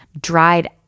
dried